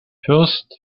first